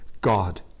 God